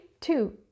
two